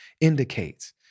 indicates